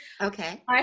Okay